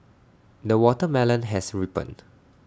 the watermelon has ripened